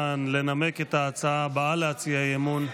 לנמק את ההצעה הבאה להציע אי-אמון,